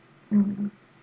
mm